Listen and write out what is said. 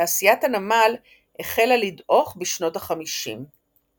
תעשיית הנמל החלה לדעוך בשנות ה־50.